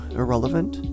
irrelevant